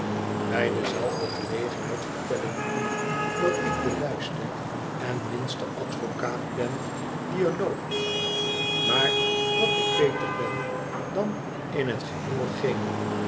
bij dezelfde gelegenheid vertel ik u dat ik de luiste en minste advocaat ben die er loopt maar dat ik beter ben dan in het geheel geen